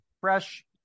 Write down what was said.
Fresh